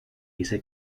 dice